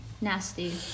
Nasty